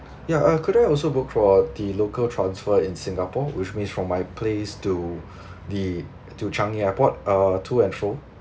ya uh could I also book for the local transfer in singapore which means from my place to the to Changi airport uh to and fro